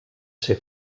ser